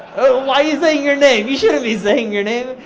why are you saying your name? you shouldn't be saying your name.